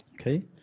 Okay